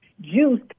juice